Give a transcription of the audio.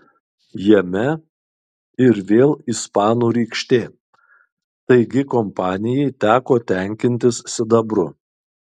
jame ir vėl ispanų rykštė taigi kompanijai teko tenkintis sidabru